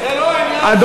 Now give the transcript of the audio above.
זו זכותו.